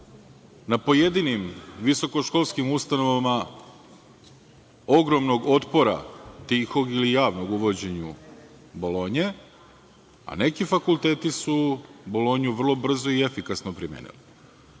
na pojedinim visokoškolskim ustanovama ogromnog otpora, tihog ili javnog, uvođenju Bolonje, a neki fakulteti su Bolonju vrlo brzo i efikasno primenili.